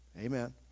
Amen